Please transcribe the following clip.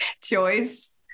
Choice